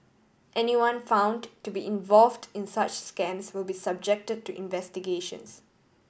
anyone found to be involved in such scams will be subjected to investigations